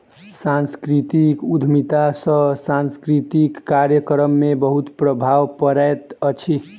सांस्कृतिक उद्यमिता सॅ सांस्कृतिक कार्यक्रम में बहुत प्रभाव पड़ैत अछि